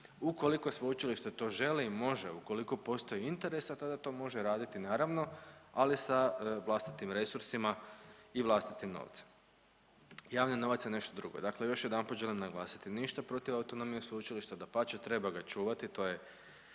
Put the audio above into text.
Ukoliko sveučilište to želi, može, ukoliko postoji interes tada to može raditi naravno, ali sa vlastitim resursima i vlastitim novcem. Javni novac je nešto drugo. Dakle, još jedanput želim naglasiti ništa protiv autonomije sveučilišta. Dapače, treba ga čuvati to je